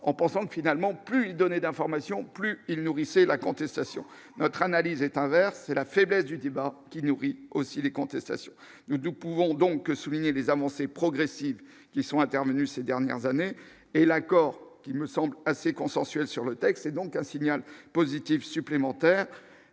en pensant que, finalement, plus donner d'informations, plus il nourrissait la contestation notre analyse est inversé la faiblesse du débat qui nourrit aussi les contestations, nous pouvons donc souligner les avancées progressives qui sont intervenues ces dernières années et l'accord qui me semble assez consensuel sur le texte et donc un signal positif supplémentaire